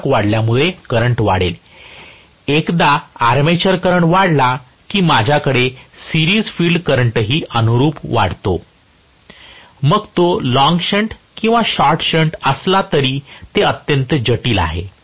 एकदा armature current वाढला की माझ्याकडे सिरीज फील्ड करंटही अनुरुप वाढतो मग तो लॉन्ग शंट किंवा शॉर्ट शंट असला तरी ते अत्यंत जटिल आहे